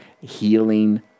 healing